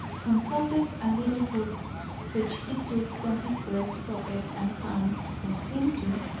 consulted a little book which he took from his breast pocket and found, or seemed to,